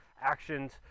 actions